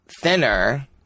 thinner